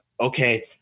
okay